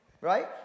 right